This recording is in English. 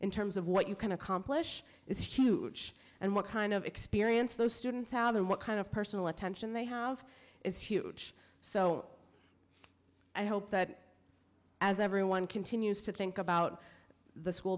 in terms of what you can accomplish is huge and what kind of experience those students have and what kind of personal attention they have is huge so i hope that as everyone continues to think about the school